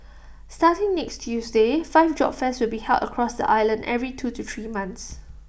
starting next Tuesday five job fairs will be held across the island every two to three months